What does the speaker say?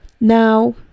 now